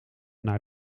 naar